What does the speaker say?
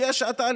הגיעה שעתה,